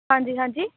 ਹਾਂਜੀ ਹਾਂਜੀ